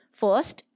first